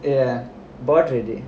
ya bought already